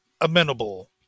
amenable